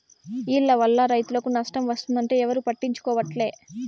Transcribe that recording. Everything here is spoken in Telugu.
ఈల్ల వల్ల రైతులకు నష్టం వస్తుంటే ఎవరూ పట్టించుకోవట్లే